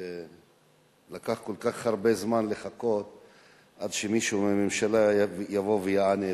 לקח כל כך הרבה זמן לחכות עד שמישהו מהממשלה יבוא ויענה.